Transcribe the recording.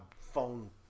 phone